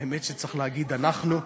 האמת שצריך להגיד "אנחנו".